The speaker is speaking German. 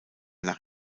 nach